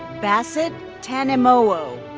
basit tanimowo.